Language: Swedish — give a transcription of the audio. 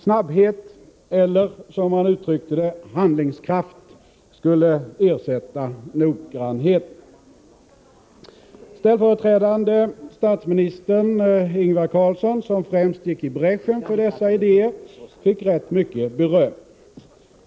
Snabbhet — eller, som man uttryckte det, handlingskraft — skulle ersätta noggrannhet. Ställföreträdande statsminister Ingvar Carlsson, som främst gick i bräschen för dessa idéer, fick rätt mycket beröm.